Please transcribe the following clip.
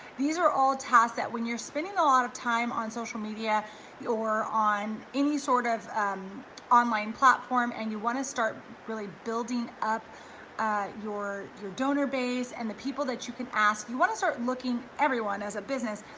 these are all tasks that when you're spending a lot of time on social media or on any sort of um online platform and you wanna start really building up your your donor base and the people that you could ask, you wanna start looking everyone as a business,